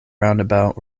roundabout